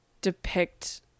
depict